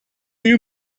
you